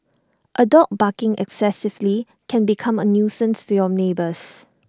A dog barking excessively can become A nuisance to your neighbours